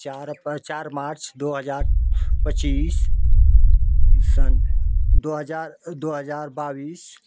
चार अप्रै चार मार्च दो हज़ार पच्चीस सन् दो हज़ार दो हज़ार बाईस